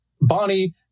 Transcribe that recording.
Bonnie